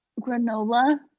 granola